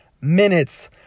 minutes